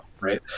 right